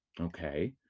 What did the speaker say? Okay